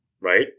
right